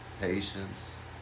Patience